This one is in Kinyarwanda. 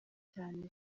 cyane